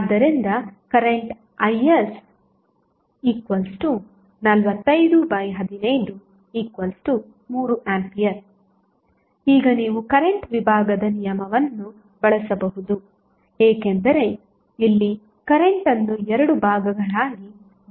slide ಸಮಯ 737 ನೋಡಿ ಆದ್ದರಿಂದ ಕರೆಂಟ್ Is Is45153A ಈಗ ನೀವು ಕರೆಂಟ್ ವಿಭಾಗದ ನಿಯಮವನ್ನು ಬಳಸಬಹುದು ಏಕೆಂದರೆ ಇಲ್ಲಿ ಕರೆಂಟ್ ಅನ್ನು 2 ಭಾಗಗಳಾಗಿ ವಿಂಗಡಿಸಲಾಗುತ್ತಿದೆ